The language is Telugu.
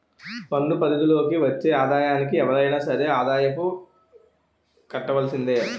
పన్ను పరిధి లోకి వచ్చే ఆదాయానికి ఎవరైనా సరే ఆదాయపు కట్టవలసిందే